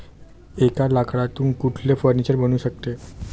एका लाकडातून कुठले फर्निचर बनू शकते?